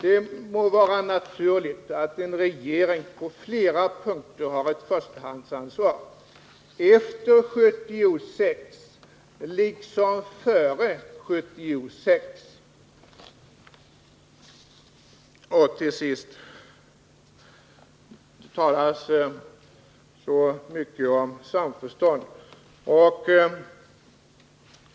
Det må vara naturligt att en regering på flera punkter har ett förstahandsansvar, efter 1976 liksom före 1976. Det talas så mycket om samförstånd.